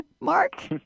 Mark